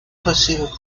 recibe